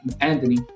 Anthony